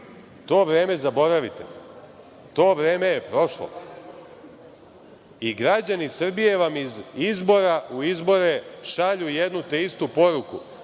to vreme zaboravite, to vreme je prošlo. Građani Srbije vam iz izbora u izbore šalju jednu te istu poruku